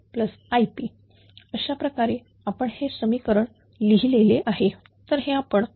अशाप्रकारे आपण हे समीकरण लिहिले आहे